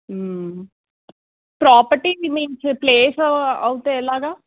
ప్రాపర్టీకి మీరు ఇచ్చే ప్లేస్ అయితే ఎలాగ